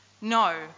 No